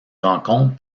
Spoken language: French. rencontre